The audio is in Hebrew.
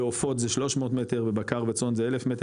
לעופות זה 300 מטר ובקר ובצאן זה 1,000 מטר?